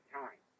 time